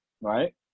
right